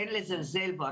אין לזלזל בו.